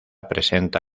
presenta